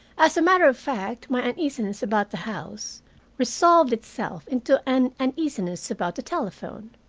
as a matter of fact, my uneasiness about the house resolved itself into an uneasiness about the telephone.